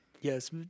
Yes